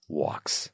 walks